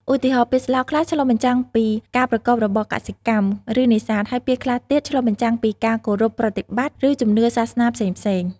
ឧទាហរណ៍ ពាក្យស្លោកខ្លះឆ្លុះបញ្ចាំងពីការប្រកបរបរកសិកម្ម ឬនេសាទ ហើយពាក្យខ្លះទៀតឆ្លុះបញ្ចាំងពីការគោរពប្រតិបត្តិ ឬជំនឿសាសនាផ្សេងៗ។